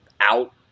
out